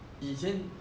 以前